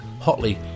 hotly